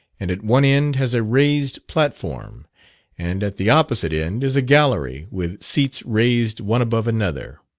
and at one end has a raised platform and at the opposite end is a gallery, with seats raised one above another.